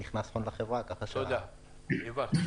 לא הבנתי,